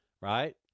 right